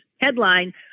Headline